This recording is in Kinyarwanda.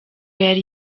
yari